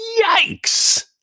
Yikes